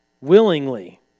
willingly